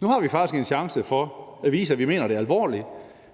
Nu har vi faktisk en chance for at vise, at vi mener det alvorligt,